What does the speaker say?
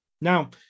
Now